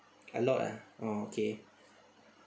a lot ah oh okay